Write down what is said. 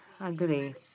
agree